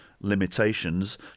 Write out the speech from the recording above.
limitations